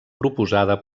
proposada